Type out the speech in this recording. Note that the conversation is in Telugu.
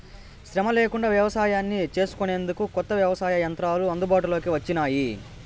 శ్రమ లేకుండా వ్యవసాయాన్ని చేసుకొనేందుకు కొత్త వ్యవసాయ యంత్రాలు అందుబాటులోకి వచ్చినాయి